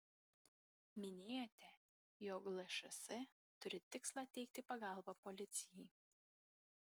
minėjote jog lšs turi tikslą teikti pagalbą policijai